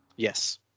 Yes